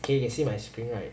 K you can see my screen right